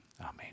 amen